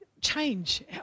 Change